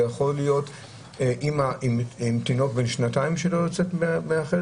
זו יכולה להיות אימא עם תינוק בן שנתיים שלא יוצאת מהחדר,